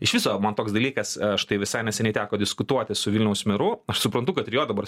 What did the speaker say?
iš viso man toks dalykas aš tai visai neseniai teko diskutuoti su vilniaus meru aš suprantu kad ir jo dabar